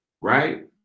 right